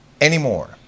anymore